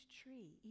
tree